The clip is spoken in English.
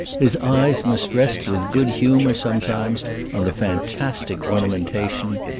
his eyes must rest with good humour sometimes on the fantastic ornamentation.